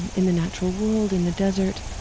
and in the natural world, in the desert,